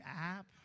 app